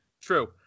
True